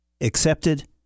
accepted